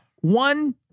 One